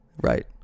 Right